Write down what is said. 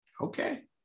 Okay